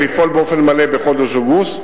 לפעול באופן מלא בחודש אוגוסט.